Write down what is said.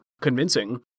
convincing